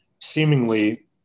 seemingly